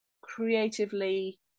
creatively